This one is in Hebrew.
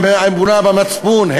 הם האמונה במצפון,